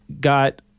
got